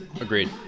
Agreed